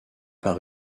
par